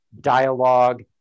dialogue